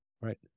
Right